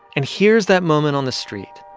and here's that moment on the street,